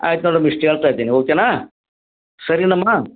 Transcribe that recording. ಆಯ್ತು ನೋಡಮ್ಮ ಇಷ್ಟು ಹೇಳ್ತಾ ಇದ್ದೀನಿ ಓಕೆನಾ ಸರಿನಮ್ಮ